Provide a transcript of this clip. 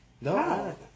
No